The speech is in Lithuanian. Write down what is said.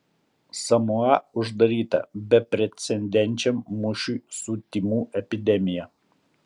samoa uždaryta beprecedenčiam mūšiui su tymų epidemija